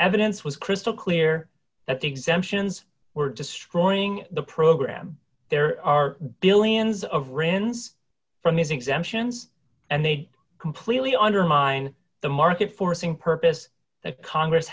evidence was crystal clear that the exemptions were destroying the program there are billions of rins from these exemptions and they completely undermine the market forcing purpose that congress